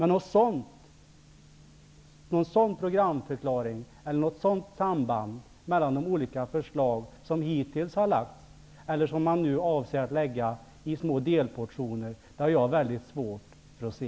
Något sådant samband mellan de olika förslag som hittills har lagts, eller som man nu avser att lägga i små delportioner, har jag mycket svårt att se.